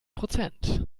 prozent